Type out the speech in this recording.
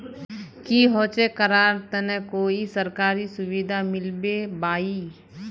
की होचे करार तने कोई सरकारी सुविधा मिलबे बाई?